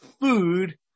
food